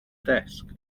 desk